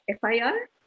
FIR